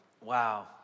Wow